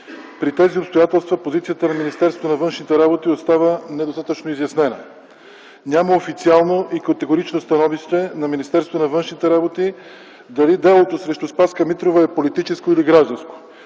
При тези обстоятелства позицията на Министерството на външните работи остава недостатъчно изяснена. Няма официално и категорично становище на Министерството на външните работи дали делото срещу Спаска Митрова е политическо или гражданско.